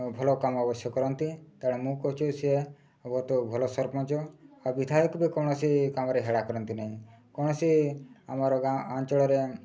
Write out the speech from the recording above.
ଭଲ କାମ ଅବଶ୍ୟ କରନ୍ତି ତେଣୁ ମୁଁ କହୁଛି ସିଏ ବହୁତ ଭଲ ସରପଞ୍ଚ ଆଉ ବିଧାୟକ ବି କୌଣସି କାମରେ ହେଳା କରନ୍ତି ନାହିଁ କୌଣସି ଆମର ଗାଁ ଅଞ୍ଚଳରେ